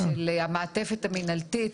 על המעטפת המנהלתית,